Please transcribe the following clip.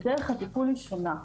ודרך הטיפול היא שונה.